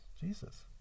Jesus